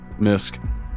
Misk